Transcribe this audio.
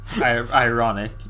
Ironic